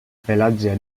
pelatge